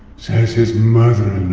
says his mother-in-law